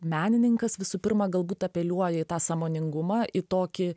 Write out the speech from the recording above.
menininkas visų pirma galbūt apeliuoja į tą sąmoningumą į tokį